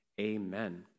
Amen